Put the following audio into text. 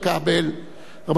רבותי חברי הכנסת,